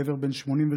גבר בן 88,